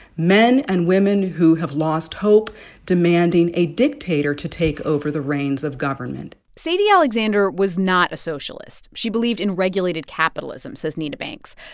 men and women who have lost hope demanding a dictator to take over the reins of government. sadie alexander was not a socialist. she believed in regulated capitalism, says nina banks.